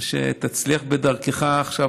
ושתצליח בדרכך עכשיו,